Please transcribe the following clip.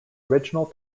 original